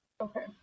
Okay